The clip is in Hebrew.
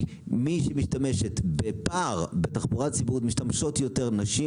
כי מי בתחבורה ציבורית משתמשות יותר נשים,